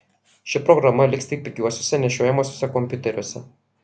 ši programa liks tik pigiuosiuose nešiojamuosiuose kompiuteriuose